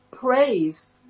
praise